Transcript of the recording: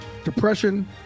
Depression